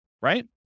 right